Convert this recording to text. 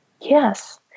Yes